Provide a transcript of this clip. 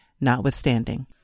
notwithstanding